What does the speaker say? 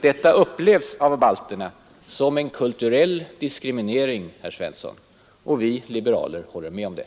Detta anser balterna vara en kulturell diskriminering, herr Svensson. Vi liberaler håller med om det.